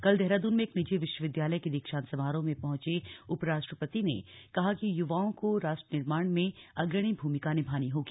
कल देहरादून के एक निजी विश्वविद्यालय के दीक्षांत समारोह में पहंचे उपराष्ट्रपति ने कहा कि युवाओं को राष्ट्र निर्माण में अग्रणी भूमिका निभानी होगी